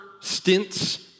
stints